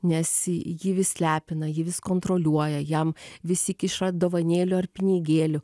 nes jį vis lepina jį vis kontroliuoja jam visi kiša dovanėlių ar pinigėlių